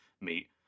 meet